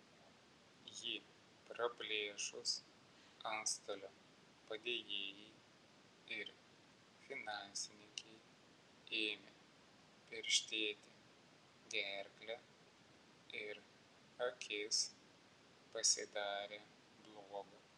jį praplėšus antstolio padėjėjai ir finansininkei ėmė perštėti gerklę ir akis pasidarė bloga